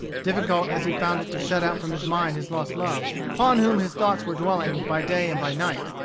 difficult as he found it to shut out from his mind his lost love, upon whom his thoughts were dwelling by day and by night,